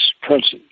presence